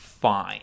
fine